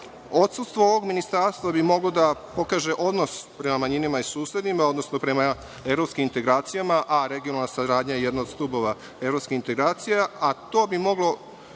Odsustvo ovog ministarstva bi moglo da pokaže odnos prema manjinama i susedima, odnosno prema evropskim integracijama, a regionalna saradnja je jedna od stubova evropskih integracija, a to bi moglo